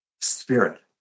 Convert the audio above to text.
spirit